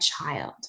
child